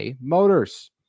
Motors